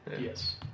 Yes